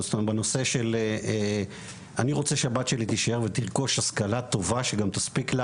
בנושא של אני רוצה שהבת שלי תישאר ותרכוש השכלה טובה שגם תספיק לה